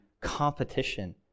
competition